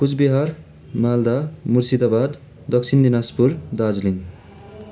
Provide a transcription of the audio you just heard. Cooch Behar Malda Murshidabad Dakshin Dinajpur Darjeeling